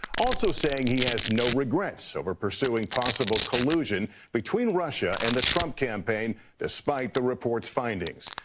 also saying he has no regrets over pursuing possible collusion between russia and the trump campaign despite the report's findings.